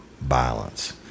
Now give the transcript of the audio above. violence